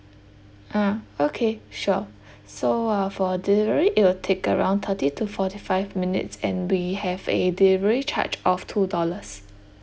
ah okay sure so uh for delivery it will take around thirty to forty five minutes and we have a delivery charge of two dollars